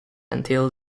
until